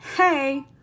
Hey